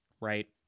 Right